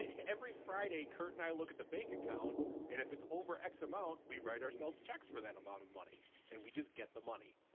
ah every friday, kurt and i look at the bank account, and if it's over x amount, we write ourselves checks for that amount of money. and we just get the money.